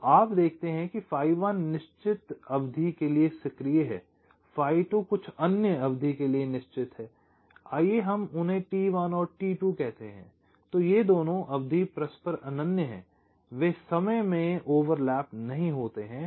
तो आप देखते हैं कि phi 1 निश्चित अवधि के लिए सक्रिय है phi 2 कुछ अन्य अवधि के लिए निश्चित है आइए हम उन्हें T1 और T2 कहते हैं और ये दोनों अवधि परस्पर अनन्य हैं वे समय में ओवरलैप नहीं होते हैं